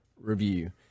review